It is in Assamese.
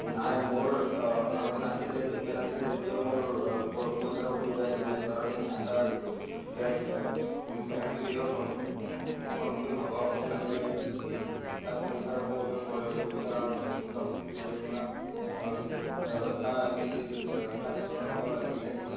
নাই মোৰ আগতে নাছিলে যেতিয়া নাছিলে তেতিয়া মোৰ পইচাৰ অসুবিধা আছিলে কাৰণ এটা গেছ এল পি জিৰো সন্মুখীন হ'ব লাগিলে তাত পইচাৰো প্ৰয়োজন পৰে পইচাৰ মোটামুটি আপোনাক এটা এল পি জিৰ কানেকচন ল'ব লাগিলে